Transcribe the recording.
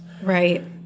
Right